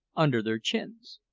under their chins.